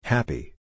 Happy